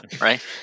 right